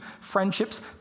friendships